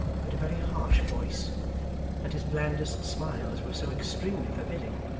but a very harsh voice and his blandest smiles were so extremely forbidding,